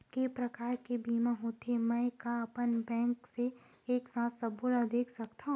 के प्रकार के बीमा होथे मै का अपन बैंक से एक साथ सबो ला देख सकथन?